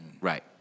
Right